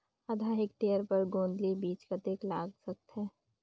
आधा हेक्टेयर बर गोंदली बीच कतेक लाग सकथे?